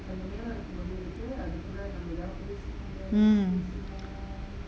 mm